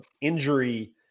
injury